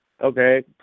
Okay